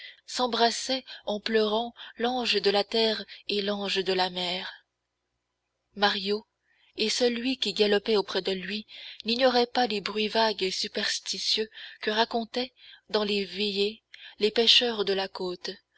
s'embrassaient en pleurant l'ange de la terre et l'ange de la mer mario et celui qui galopait auprès de lui n'ignoraient pas les bruits vagues et superstitieux que racontaient dans les veillées les pêcheurs de la côte